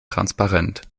transparent